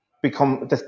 Become